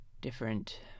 different